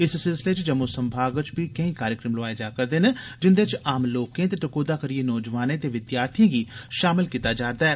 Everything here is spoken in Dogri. इस सिलसिले च जम्मू संभाग च बी केई कार्यक्रम लोआए जा करदे न जिन्दे च आम लोकें ते टकोहदा करियै नोजवानें ते विद्यार्थियें गी शामल कीता जा रदा ऐ